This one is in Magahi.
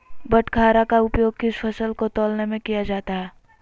बाटखरा का उपयोग किस फसल को तौलने में किया जाता है?